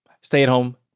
stay-at-home